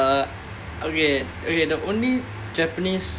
uh okay okay the only japanese